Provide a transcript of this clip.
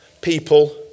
people